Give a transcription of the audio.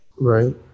Right